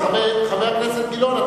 חבר הכנסת גילאון,